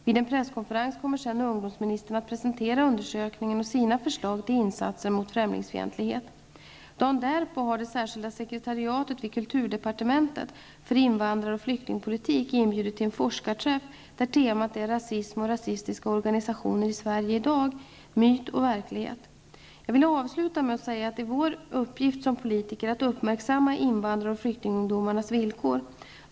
Vid en presskonferens kommer sedan ungdomsministern att presentera undersökningen och sina förslag till insatser mot främlingsfientlighet. Dagen därpå har det särskilda sekretariatet vid kulturdepartementet för invandrar och flyktingpolitik inbjudit till en forskarträff, där temat är ''Rasism och rasistiska organisationer i Jag vill avsluta med att säga att det är vår uppgift som politiker att uppmärksamma invandrar och flyktingungdomarnas villkor.